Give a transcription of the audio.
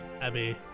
Abby